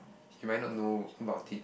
you might not know about it